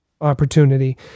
opportunity